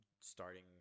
starting